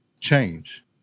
change